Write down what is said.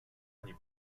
ani